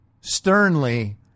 sternly